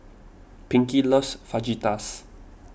Pinkie loves Fajitas